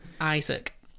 Isaac